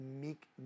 meek